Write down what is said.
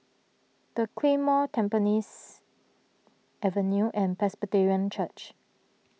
the Claymore Tampines Avenue and Presbyterian Church